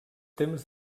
temps